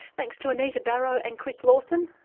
thanks to anita barraud and chris lawson,